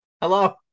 Hello